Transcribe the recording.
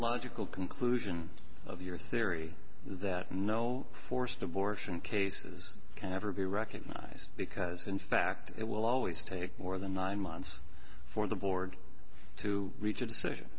logical conclusion of your theory that no forced abortion cases can ever be recognised because in fact it will always take more than nine months for the board to reach a decision